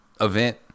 event